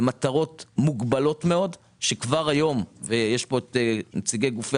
הן מטרות מוגבלות מאוד שכבר היום נמצאים כאן נציגי גופי